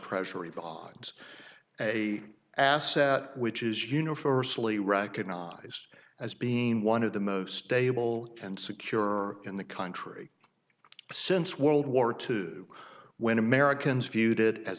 treasury bonds a asset which is universally recognized as being one of the most stable and secure in the country since world war two when americans viewed it as